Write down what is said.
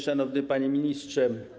Szanowny Panie Ministrze!